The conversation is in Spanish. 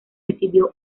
recibió